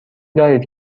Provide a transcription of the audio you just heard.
دارید